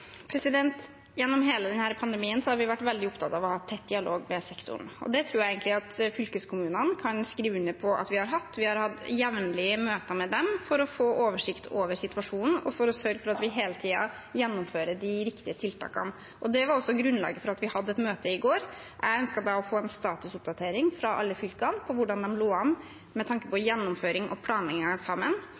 Gjennom hele denne pandemien har vi vært veldig opptatt av å ha en tett dialog med sektoren. Det tror jeg egentlig fylkeskommunene kan skrive under på at vi har hatt. Vi har hatt jevnlige møter med dem for å få oversikt over situasjonen og for å sørge for at vi hele tiden gjennomfører de riktige tiltakene. Det var også grunnlaget for at vi hadde et møte i går. Jeg ønsket da å få en statusoppdatering fra alle fylkene om hvordan de lå an med tanke på gjennomføring og